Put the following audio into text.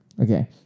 Okay